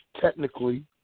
technically